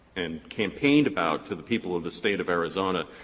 and campaigned about to the people of the state of arizona,